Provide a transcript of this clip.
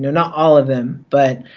not all of them but